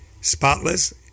spotless